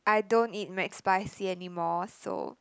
I don't eat McSpicy anymore so